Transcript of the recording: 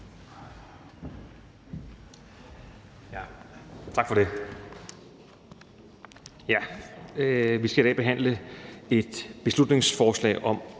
Tak for det. Vi skal i dag behandle et beslutningsforslag om